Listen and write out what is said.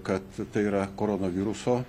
kad tai yra koronaviruso